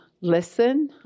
listen